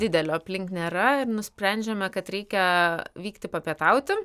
didelio aplink nėra ir nusprendžiame kad reikia vykti papietauti